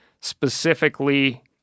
specifically